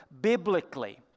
biblically